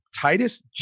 Titus